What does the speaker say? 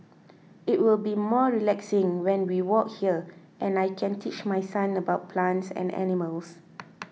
it will be more relaxing when we walk here and I can teach my son about plants and animals